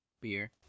Beer